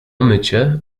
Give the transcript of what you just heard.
mycie